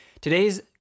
Today's